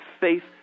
faith